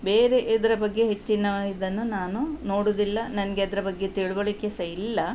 ಬೇರೆ ಇದರ ಬಗ್ಗೆ ಹೆಚ್ಚಿನ ಇದನ್ನು ನಾನು ನೋಡುವುದಿಲ್ಲ ನನಗೆ ಅದರ ಬಗ್ಗೆ ತಿಳಿವಳ್ಕೆ ಸಹ ಇಲ್ಲ